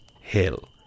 hill